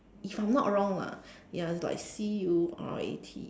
if I'm not wrong lah ya it's like C U R A T